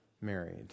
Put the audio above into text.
married